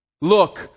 Look